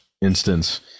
instance